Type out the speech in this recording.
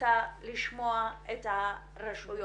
רוצה לשמוע את הרשויות,